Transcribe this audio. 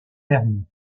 terme